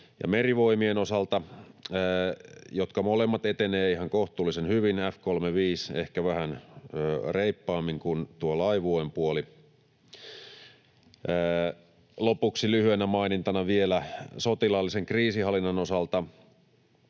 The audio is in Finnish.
Merivoimien osalta, jotka molemmat etenevät ihan kohtuullisen hyvin — F-35 ehkä vähän reippaammin kuin tuo Laivueen puoli. Lopuksi lyhyenä mainintana vielä sotilaallisen kriisinhallinnan osalta: